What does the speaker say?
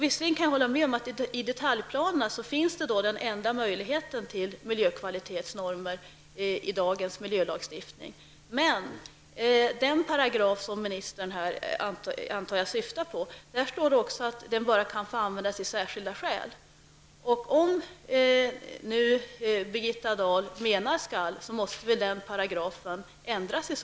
Visserligen kan jag hålla med om att den enda möjligheten till miljökvalitetsnormer i dagens miljölagstiftning finns i detaljplanerna. Men i den paragraf som jag antar att ministern syftar på står det endast att den får tillämpas vid särskilda skäl. Om miljöministern menar skall måste den paragrafen ändras.